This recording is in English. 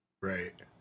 Right